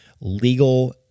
legal